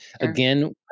again